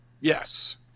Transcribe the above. Yes